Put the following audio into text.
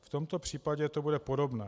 V tomto případě to bude podobné.